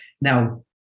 now